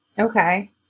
Okay